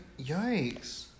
yikes